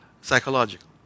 psychological